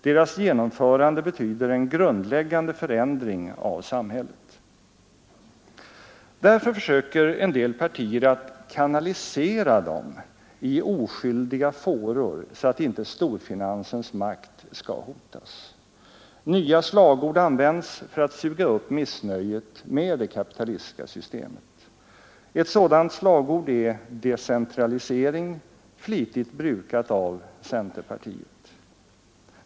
Deras genomförande betyder en grundläggande förändring av samhället. Därför försöker en del partier att kanalisera dem i oskyldiga fåror så att inte storfinansens makt skall hotas. Nya slagord används för att suga upp missnöjet med det kapitalistiska systemet. Ett sådant slagord är decentralisering, flitigt brukat av centerpartiet.